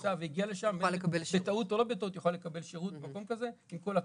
שהגיע לשם בטעות או לא בטעות יוכל לקבל שירות במקום כזה עם כל הקושי.